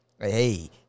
Hey